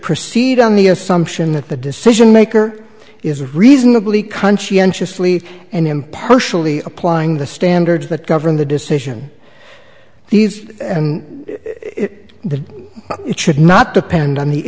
proceed on the assumption that the decision maker is reasonably conscientiously and impartially applying the standards that govern the decision these and that it should not depend on the